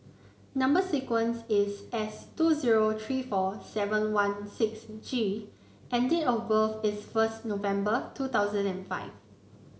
number sequence is S two zero three four seven one six G and date of birth is first November two thousand and five